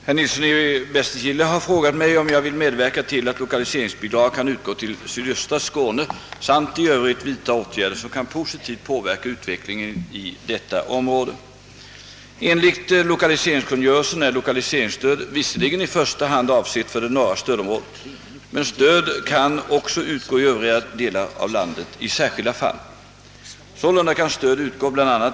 Herr talman! Herr Nilsson i Bästekille har frågat mig om jag vill medverka till att lokaliseringsbidrag kan utgå till sydöstra Skåne samt i övrigt vidta åtgärder som kan positivt påverka utvecklingen i detta område. Enligt lokaliseringskungörelsen är lokaliseringsstöd visserligen i första hand avsett för det norra stödområdet, men stöd kan också utgå i övriga delar av landet i särskilda fall. Sålunda kan stöd utgå bla.